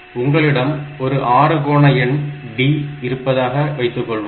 உங்களிடம் ஒரு அறுகோண எண் D இருப்பதாக வைத்துக்கொள்வோம்